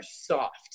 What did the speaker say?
soft